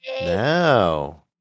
No